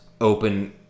open